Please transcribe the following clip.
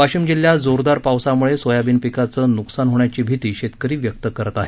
वाशिम जिल्ह्यात जोरदार पावसामुळे सोयाबीन पिकाचं नुकसान होण्याची भिती शेतकरी व्यक्त करत आहेत